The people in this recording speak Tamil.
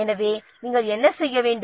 எனவே நாம் என்ன செய்ய வேண்டும்